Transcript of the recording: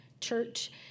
Church